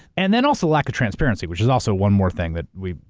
and then also lack of transparency, which is also one more thing that we,